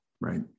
right